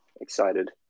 excited